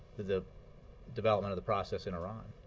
the the development of the process and iran.